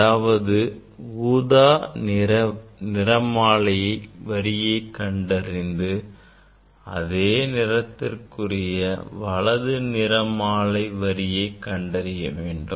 அதாவது ஊதா நிற நிறமாலை வரியைக் கண்டறிந்து அதே நிறத்திற்குரிய வலதுபுற நிறமாலை வரியைக் கண்டறிய வேண்டும்